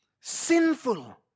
sinful